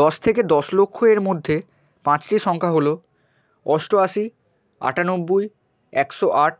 দশ থেকে দশ লক্ষের মধ্যে পাঁচটি সংখ্যা হল অষ্টআশি আটানব্বই একশো আট